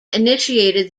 initiated